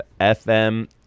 FM